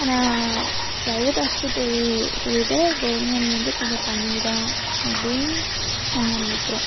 ஆனால் private hospital வி விட கவுர்மெண்ட் வந்து கொஞ்சம் கம்மி தான் அப்படின்னு நாங்கள் நினைக்கிறோம்